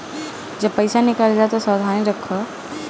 जब पईसा निकाले जा तअ सावधानी रखअ